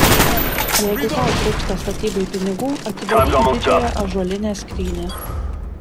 jeigu tau trūksta statybai pinigų atidaryk didžiąją ąžuolinę skrynią